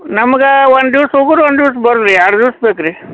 ನಮ್ಗ ಒಂದು ದಿವ್ಸ ಹೋಗುದು ಒಂದು ದಿವ್ಸ ಬರುದು ಎರಡು ದಿವ್ಸ ಬೇಕು ರೀ